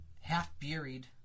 half-buried